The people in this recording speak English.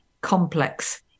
complex